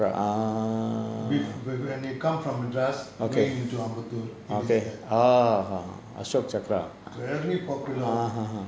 with when they come into madras going to ambattur it is there very popular